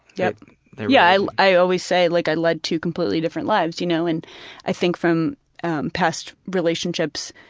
yeah yeah i i always say like i led two completely different lives. you know, and i think from past relationships,